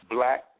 Black